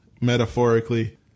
metaphorically